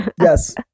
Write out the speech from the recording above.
Yes